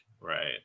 Right